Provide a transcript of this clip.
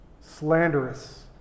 slanderous